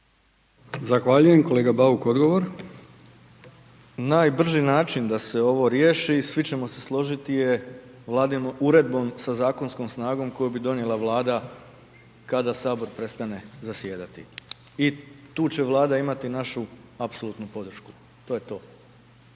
Zahvaljujem. Kolega Bauk odgovor. **Bauk, Arsen (SDP)** Najbrži način da se ovo riješi i svi ćemo se složiti je Vladinom uredbom sa zakonskom snagom koju bi donijela Vlada kada sabor prestane zasjedati. I tu će Vlada imati našu apsolutnu podršku. To je to.